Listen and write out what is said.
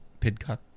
Pitcock